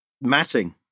Matting